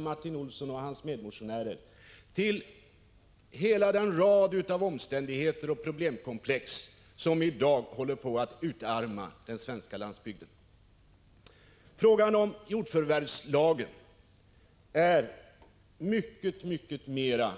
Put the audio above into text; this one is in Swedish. Martin Olsson och hans medmotionärer hänvisar till hela den rad av omständigheter och problemkomplex som i dag håller på att utarma den svenska landsbygden. Frågan om jordförvärvslagen är mycket mycket mera